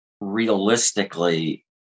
realistically